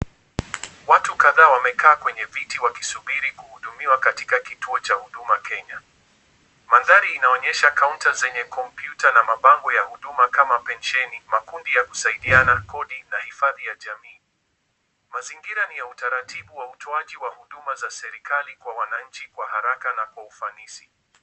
Watu kadhaa wamekaa kwenye viti wakisubiri kuhudumiwa katika kituo cha huduma Kenya. Mandhari inaonyesha kaunta zenye kompyuta na mabango ya huduma kama pensheni, makundi ya kusaidiana kodi na hifadhii ya jamii. Mazingira ni ya utaratibu wa utoaji wa huduma za serikali kwa wananchi kwa haraka na kwa ufanisi.